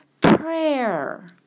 prayer